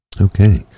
Okay